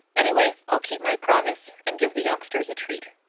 anyway, i'll keep my promise and give the youngsters a treat.